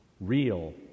real